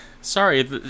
Sorry